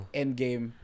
endgame